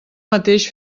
mateix